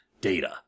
data